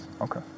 Okay